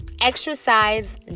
exercise